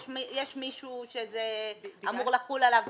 יש מישהו שזה אמור לחול עליו